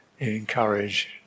Encourage